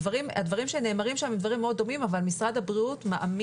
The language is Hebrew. הדברים שנאמרו שם הם דברים מאוד דומים אבל משרד הבריאות מאמין